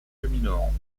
cheminement